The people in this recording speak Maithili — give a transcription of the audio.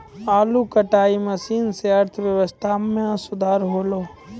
आलू कटाई मसीन सें अर्थव्यवस्था म सुधार हौलय